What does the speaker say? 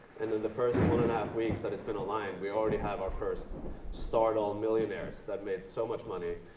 and in the first one and a half weeks that it's been online, we already have our first stardoll millionaires that have made so much money.